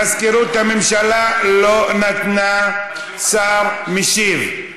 מזכירות הממשלה לא נתנה שר משיב.